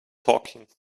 talking